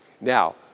now